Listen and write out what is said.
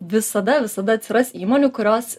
visada visada atsiras įmonių kurios